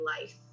life